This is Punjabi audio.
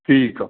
ਠੀਕ ਆ